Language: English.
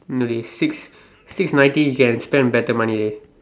no okay six six ninety can spend better money dey